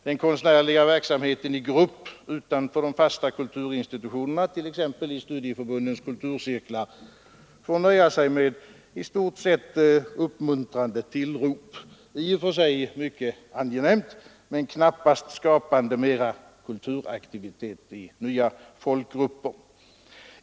Den konstnärliga verksamheten i grupper utanför de fasta kulturinstitutionerna, t.ex. i studieförbundens kulturcirklar, får i stort sett nöja sig med uppmuntrande tillrop — i och för sig mycket angenämt men knappast skapande mera kulturaktivitet i nya folkgrupper.